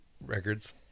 records